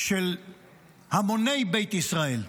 של המוני בית ישראל.